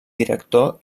director